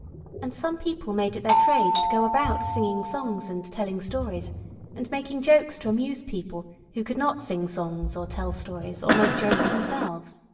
and some people made it their trade to go about singing songs and telling stories and making jokes to amuse people who could not sing songs or tell stories or make jokes themselves.